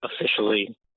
officially